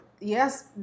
yes